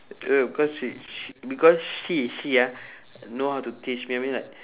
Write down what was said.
ya because she sh~ because she she ah know how to teach me I mean like